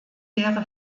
wäre